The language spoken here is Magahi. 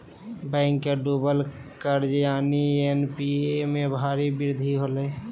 बैंक के डूबल कर्ज यानि एन.पी.ए में भारी वृद्धि होलय